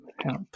help